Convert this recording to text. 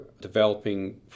developing